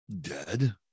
dead